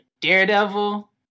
Daredevil